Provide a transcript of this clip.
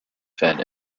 fed